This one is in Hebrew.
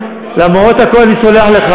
למרות הכול אני סולח לך.